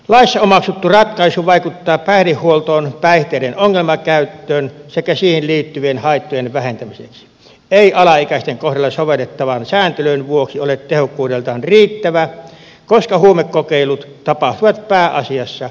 laissa omaksuttu ratkaisu vaikuttaa päihdehuoltoon päihteiden ongelmakäytön sekä siihen liittyvien haittojen vähentämiseksi ei alaikäisten kohdalla sovellettavan sääntelyn vuoksi ole tehokkuudeltaan riittävä koska huumekokeilut tapahtuvat pääasiassa murrosiässä